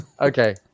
Okay